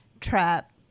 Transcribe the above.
trap